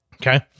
Okay